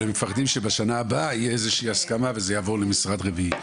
אבל הם מפחדים שבשנה הבאה תהיה איזושהי הסכמה וזה יעבור למשרד רביעי.